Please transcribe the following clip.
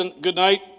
goodnight